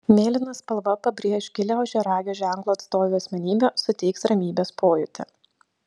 mėlyna spalva pabrėš gilią ožiaragio ženklo atstovių asmenybę suteiks ramybės pojūtį